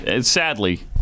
sadly